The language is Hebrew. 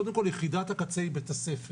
קודם כל, יחידת הקצה היא בית הספר,